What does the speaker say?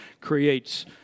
creates